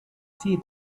see